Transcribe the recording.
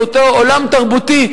את אותו עולם תרבותי,